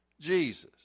Jesus